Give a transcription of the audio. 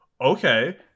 okay